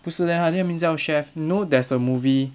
不是 leh 好像他名字叫 chef know there's a movie